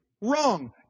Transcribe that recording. wrong